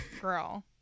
girl